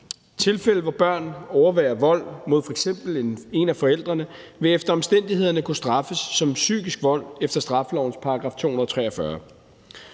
tilfælde, hvor børn overværer vold mod f.eks. en af forældrene, vil man efter omstændighederne kunne straffe det som psykisk vold efter straffelovens § 243.